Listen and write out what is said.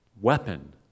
weapon